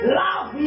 love